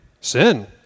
Sin